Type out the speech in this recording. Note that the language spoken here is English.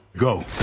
Go